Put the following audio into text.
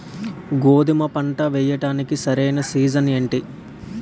గోధుమపంట వేయడానికి సరైన సీజన్ ఏంటి?